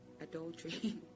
adultery